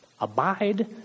Abide